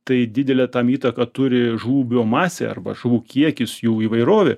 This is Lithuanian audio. tai didelę tam įtaką turi žuvų biomasė arba žuvų kiekis jų įvairovė